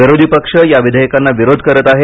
विरोधी पक्ष या विधेयकांना विरोध करत आहेत